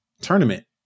tournament